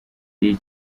iyi